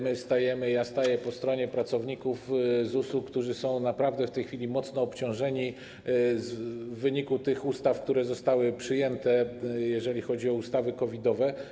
My stajemy, ja staję po stronie pracowników ZUS-u, którzy są naprawdę w tej chwili mocno obciążeni w wyniku tych ustaw, które zostały przyjęte, jeżeli chodzi o ustawy COVID-owe.